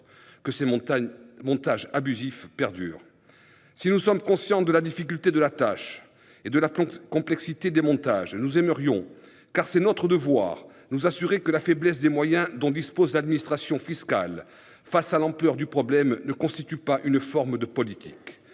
que ces montages abusifs perdurent. Si nous sommes conscients de la difficulté de la tâche et de la complexité des montages, nous aimerions, car c'est notre devoir, nous assurer que la faiblesse des moyens dont dispose l'administration fiscale face à l'ampleur du problème ne constitue pas une forme de politique.